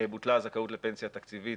בוטלה הזכאות לפנסיה תקציבית